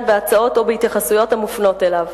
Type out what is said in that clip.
בהצעות או בהתייחסויות המופנות אליו.